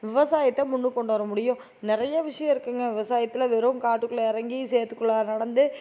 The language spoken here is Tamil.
விவசாயத்தை முன்னுக்கு கொண்டு வர முடியும் நிறைய விஷயம் இருக்குங்க விவசாயத்தில் வெறும் காட்டுக்குள்ளே இறங்கி சேர்த்துக்குள்ளாற நடந்து